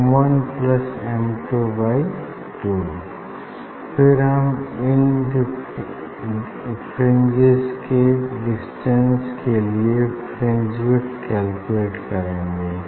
M one plus M two by two फिर हम N fringes के डिस्टेंस के लिए फ्रिंज विड्थ कैलकुलेट करेंगे